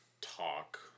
talk